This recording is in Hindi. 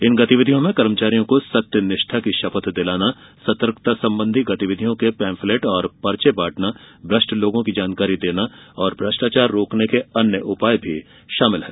इन गतिविधियों में कर्मचारियों को सत्य निष्ठा की शपथ दिलाना सतर्कता संबंधी गतिविधियों के बारे में पैम्फलेट और पर्चे बांटना भ्रष्ट लोगों की जानकारी देना और भ्रष्टाचार रोकने के अन्य उपाय भी शामिल हैं